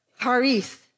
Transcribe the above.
Haris